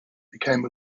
became